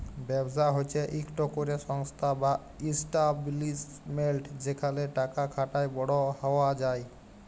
ব্যবসা হছে ইকট ক্যরে সংস্থা বা ইস্টাব্লিশমেল্ট যেখালে টাকা খাটায় বড় হউয়া যায়